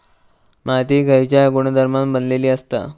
माती खयच्या गुणधर्मान बनलेली असता?